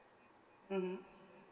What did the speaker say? mmhmm